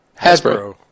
Hasbro